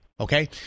Okay